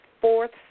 fourth